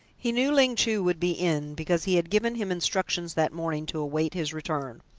he knew ling chu would be in, because he had given him instructions that morning to await his return.